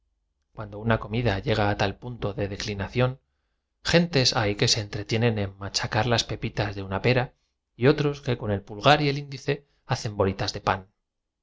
hombre ha bebido en demasía lo ha de declinación gentes hay que se entretienen en machacar las pepitas arruinado la bajá del papel del estado le una pera y otros que con el pulgar y el índice hacen bolitas de pan